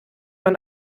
man